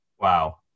Wow